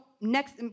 next